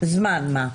זמן מה,